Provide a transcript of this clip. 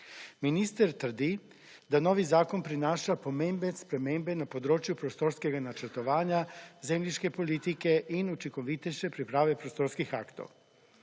Minister trdi, da novi zakon prinaša pomembne spremembe na področju prostorskega načrtovanja zemljiške politike in učinkovitejše priprav prostorskih aktov.